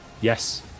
yes